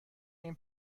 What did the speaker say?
این